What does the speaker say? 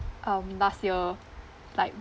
um last year like